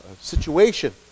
situation